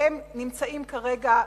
והם נמצאים כרגע,